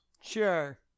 Sure